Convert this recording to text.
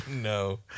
no